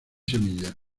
semillas